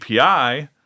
API